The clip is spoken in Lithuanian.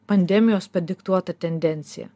pandemijos padiktuota tendencija